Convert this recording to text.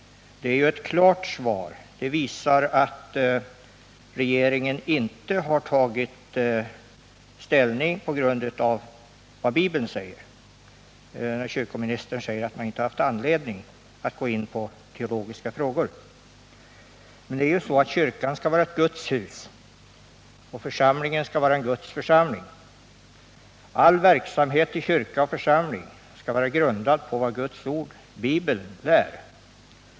Det är ett klart svar, och det visar att regeringen inte har tagit ställning på grundvalav bibelord när kyrkoministern säger att man inte haft anledning att gå in på teologiska frågor. Men kyrkan skall ju vara ett Guds husoch församlingen skall vara en Guds församling. All verksamhet i kyrka och församling skall vara grundad på vad Guds ord — Bibeln — lär.